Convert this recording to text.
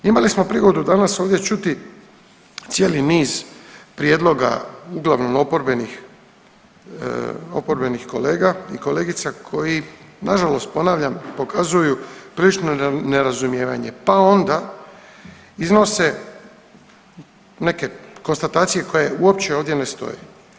Imali smo prigodu danas ovdje čuti cijeli niz prijedloga uglavnom oporbenih kolega i kolegica koji nažalost ponavljam pokazuju prilično nerazumijevanje, pa onda iznose neke konstatacije koje uopće ovdje ne stoje.